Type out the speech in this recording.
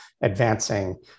advancing